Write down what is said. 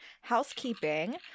housekeeping